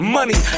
Money